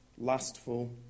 lustful